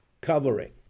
covering